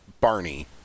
Barney